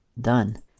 Done